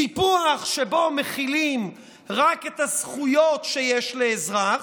סיפוח שבו מחילים רק את הזכויות שיש לאזרח,